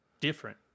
different